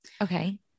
Okay